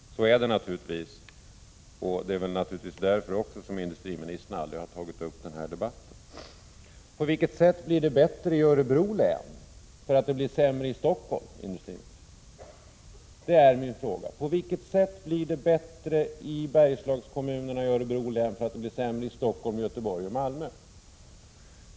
Så är det naturligtvis, och det är självfallet också därför industriministern aldrig har tagit upp den här debatten. På vilket sätt blir det bättre i Örebro län om det blir sämre i Stockholm, industriministern? Det är min fråga. På vilket sätt blir det bättre i Bergslagskommunerna i Örebro län om det blir sämre i Stockholm, Göteborg och Malmö?